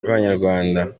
kw’abanyarwanda